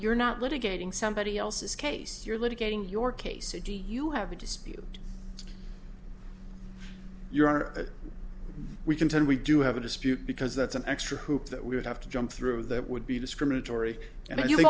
you're not litigating somebody else's case you're litigating your case or do you have a dispute your honor we contend we do have a dispute because that's an extra hoop that we would have to jump through that would be discriminatory and you've